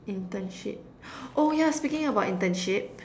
internship oh yeah speaking about internship